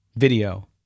Video